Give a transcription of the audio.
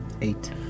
Eight